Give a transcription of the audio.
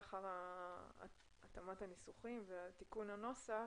לאחר התאמת הניסוחים ותיקון הנוסח,